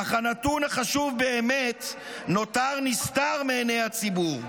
אך הנתון החשוב באמת נותר נסתר מעיני הציבור.